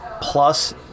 plus